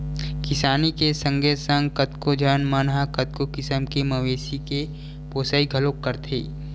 किसानी के संगे संग कतको झन मन ह कतको किसम के मवेशी के पोसई घलोक करथे